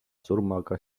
surmaga